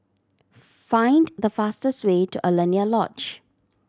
find the fastest way to Alaunia Lodge